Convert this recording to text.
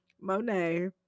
Monet